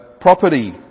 property